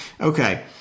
Okay